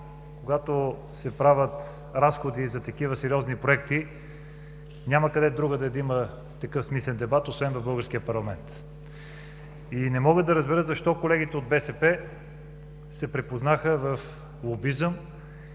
когато се правят разходи за такива сериозни проекти – няма къде другаде да има такъв смислен дебат, освен в българския парламент. Не мога да разбера защо колегите от БСП се припознаха в лобизъм